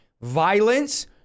violence